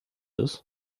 ist